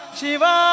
Shiva